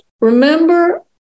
remember